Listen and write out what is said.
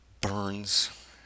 burns